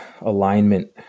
alignment